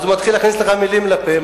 אז הוא מתחיל להכניס לך מלים לפה,